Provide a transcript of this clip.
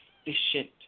efficient